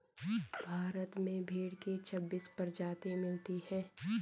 भारत में भेड़ की छब्बीस प्रजाति मिलती है